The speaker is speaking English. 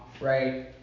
Right